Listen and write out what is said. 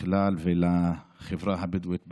בכלל ולחברה הבדואית בדרום,